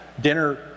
dinner